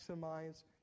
maximize